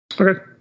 Okay